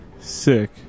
sick